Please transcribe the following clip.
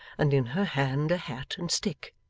and in her hand a hat, and stick.